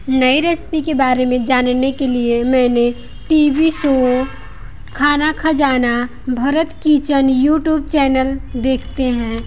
नई रेसिपी के बारे में जानने के लिए मैंने T V show Khana Khazana Bharat kitchen YouTube channel देखते हैं